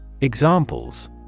Examples